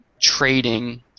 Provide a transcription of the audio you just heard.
trading